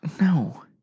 No